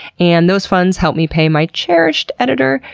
and those funds help me pay my cherished editor,